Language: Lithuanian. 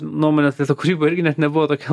nuomone tai ta kūryba irgi net nebuvo tokia